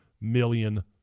million